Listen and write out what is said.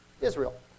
Israel